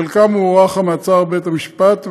לחלקם הוארך המעצר בבית המשפט,